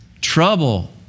trouble